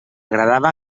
agradava